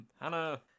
Hannah